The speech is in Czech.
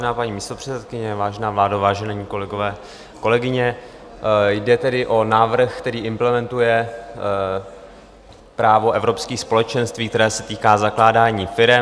Vážená paní místopředsedkyně, vážená vládo, vážení kolegové, kolegyně, jde tedy o návrh, který implementuje právo Evropských společenství, které se týká zakládání firem.